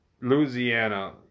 Louisiana